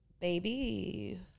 Baby